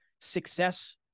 success